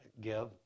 give